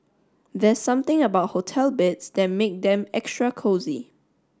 there's something about hotel beds that make them extra cosy